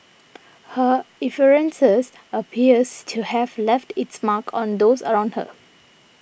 her effervescence appears to have left its mark on those around her